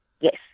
Yes